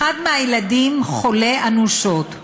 אחד מהילדים חולה אנושות,